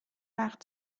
وقت